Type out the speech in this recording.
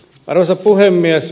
arvoisa puhemies